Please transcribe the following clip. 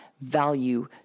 value